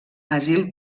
asil